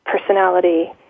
personality